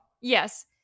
Yes